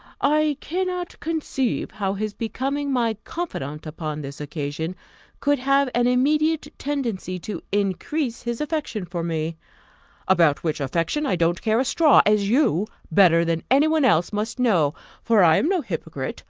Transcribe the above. i cannot conceive how his becoming my confidant upon this occasion could have an immediate tendency to increase his affection for me about which affection i don't care a straw, as you, better than any one else, must know for i am no hypocrite.